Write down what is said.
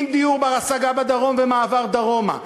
עם דיור בר-השגה בדרום ומעבר דרומה,